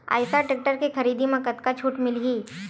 Eicher tractor के खरीदी म कतका छूट मिलही?